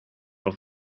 auf